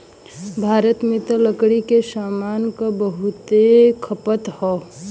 भारत में त लकड़ी के सामान क बहुते खपत हौ